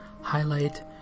Highlight